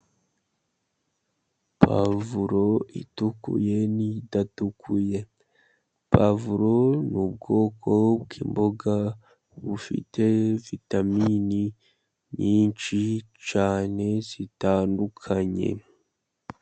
Pavuro itukuye n'idatukuye, pavuro ni ubwoko bw'imboga bufite vitamini nyinshi cyane zitandukanye.